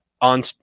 on